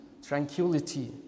Tranquility